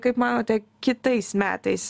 kaip manote kitais metais